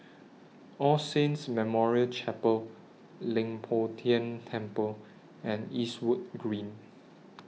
All Saints Memorial Chapel Leng Poh Tian Temple and Eastwood Green